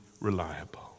reliable